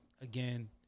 again